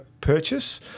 purchase